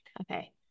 Okay